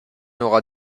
auras